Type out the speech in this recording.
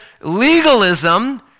legalism